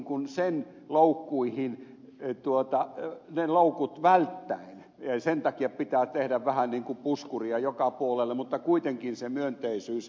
että sen loukkuihin ei tuota laukut välttää yleisen takia pitää tehdä vähän niin kuin puskuria joka puolelle mutta kuitenkin se myönteisyys ja veronhuojennus säilyttäen